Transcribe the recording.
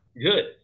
Good